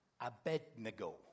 Abednego